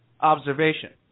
observation